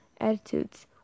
attitudes